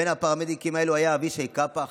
בין הפרמדיקים האלה היה אבישי קאפח.